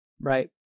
Right